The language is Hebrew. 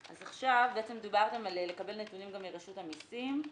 אז עכשיו דובר גם על לקבל נתונים מרשות המסים.